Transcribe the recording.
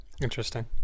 Interesting